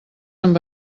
amb